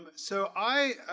so i